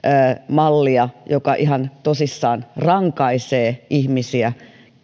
mallia joka ihan tosissaan rankaisee ihmistä